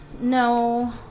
No